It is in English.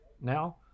now